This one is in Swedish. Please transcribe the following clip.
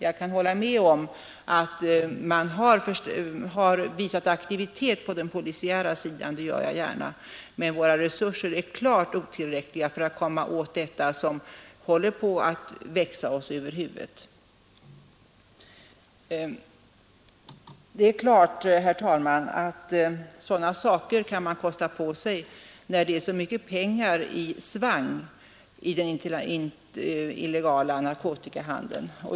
Jag håller gärna med om att polisen har varit aktiv, men våra resurser är klart otillräckliga för att komma åt detta, som håller på att växa oss över huvudet. Det är klart, herr talman, att sådana risker kan man ta när det är så mycket pengar i svang i den illegala narkotikahandeln.